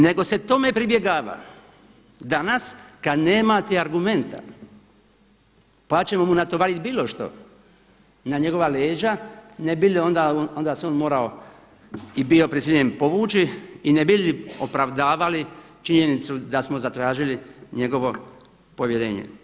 Nego se tome pribjegava danas kada nemate argumenta pa ćemo mu natovariti bilo što na njegova leđa ne bi li onda se on morao i bio prisiljen povući i ne bi li opravdavali činjenicu da smo zatražili njegovo povjerenje.